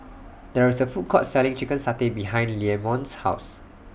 There IS A Food Court Selling Chicken Satay behind Leamon's House